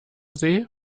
see